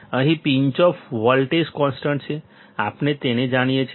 અહીં pinch off voltage constant છે આપણે તેને જાણીએ છીએ